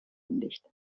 undicht